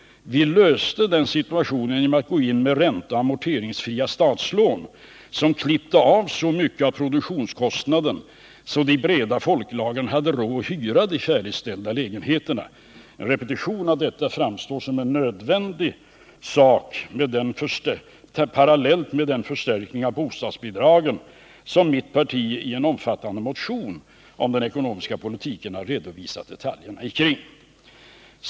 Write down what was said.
Vi klarade den situationen genom att gå in med ränteoch amorteringsfria statslån, som klippte av så mycket av produktionskostnaden att de breda folklagren hade råd att hyra de färdigställda lägenheterna. En repetition av detta framstår som nödvändig parallellt med en förstärkning av bostadsbidragen. Här har mitt parti redovisat detaljerna i en omfattande motion om den ekonomiska politiken.